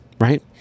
Right